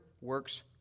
works